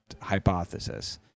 hypothesis